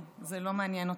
זה כבר לא מעניין אותו.